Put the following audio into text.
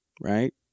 right